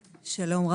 שלום,